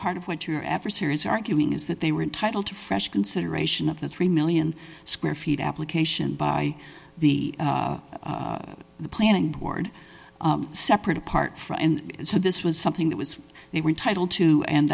part of what your adversary is arguing is that they were entitled to fresh consideration of the three million square feet application by the planning board separate apart from and so this was something that was they were entitle to and